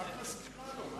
מה את מזכירה לו?